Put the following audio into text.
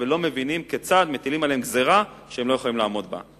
ולא מבינים כיצד מטילים עליהם גזירה שהם לא יכולים לעמוד בה.